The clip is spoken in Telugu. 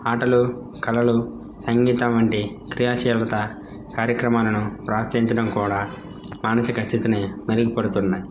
ఆటలు కళలు సంగీతం వంటి క్రియాశీలత కార్యక్రమాలను ప్రోత్సహించడం కూడా మానసిక స్థితిని మెరుగుపడుతున్నాయి